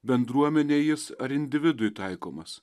bendruomenei jis ar individui taikomas